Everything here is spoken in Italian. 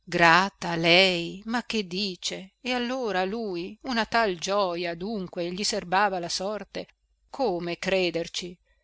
grata lei ma che dice e allora lui una tal gioja dunque gli serbava la sorte come crederci